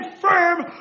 firm